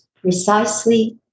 Precisely